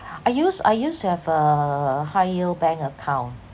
I used I used to have a high yield bank account